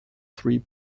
three